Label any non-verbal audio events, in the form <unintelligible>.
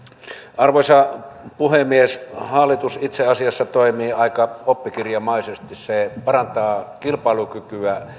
arvoisa puhemies hallitus itse asiassa toimii aika oppikirjamaisesti se parantaa kilpailukykyä <unintelligible>